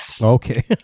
okay